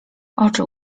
oczy